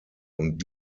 und